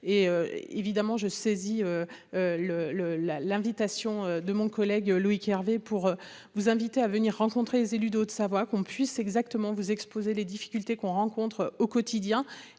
et évidemment, je saisis le le la l'invitation de mon collègue Loïc Hervé pour vous inviter à venir rencontrer les élus de Haute-Savoie, qu'on puisse exactement vous exposer les difficultés qu'on rencontre au quotidien